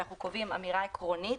ואנחנו קובעים אמירה עקרונית